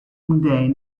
mundane